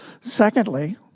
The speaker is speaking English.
Secondly